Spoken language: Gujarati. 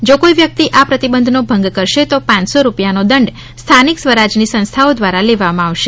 જો કોઇ વ્યકિત આ પ્રતિબંધનો ભંગ કરશે તો પાંચસો રૂપિયાનો દંડ સ્થાનિક સ્વરાજયની સંસ્થાઓ ધ્વારા લેવામાં આવશે